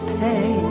pay